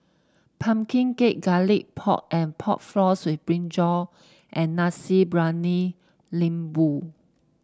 pumpkin cake Garlic Pork and Pork Floss with brinjal and Nasi Briyani Lembu